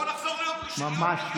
בואו נחזור להיות, ממש לא.